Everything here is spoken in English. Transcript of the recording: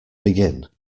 begin